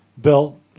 Bill